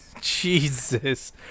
jesus